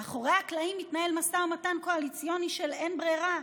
מאחורי הקלעים מתנהל משא ומתן קואליציוני של אין ברירה,